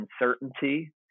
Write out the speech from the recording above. uncertainty